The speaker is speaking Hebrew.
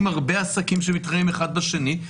עם הרבה עסקים שמתחרים אחד עם השני,